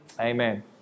Amen